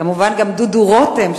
כמובן גם דודו רותם,